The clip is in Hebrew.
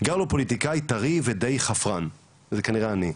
גר לו פוליטיקאי טרי ודי חפרן, זה כנראה אני,